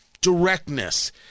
directness